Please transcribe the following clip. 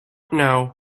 know